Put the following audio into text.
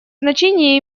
значение